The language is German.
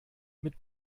mit